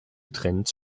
trends